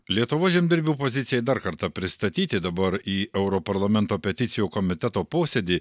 lietuvos žemdirbių pozicijai dar kartą pristatyti dabar į europarlamento peticijų komiteto posėdį